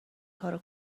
کارو